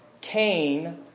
Cain